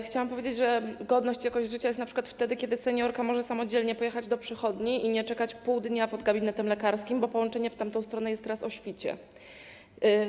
Chciałabym powiedzieć, że godność i jakość życia jest np. wtedy, kiedy seniorka może samodzielnie pojechać do przychodni i nie czekać pół dnia pod gabinetem lekarskim, bo połączenie w tamtą stronę jest teraz o świcie.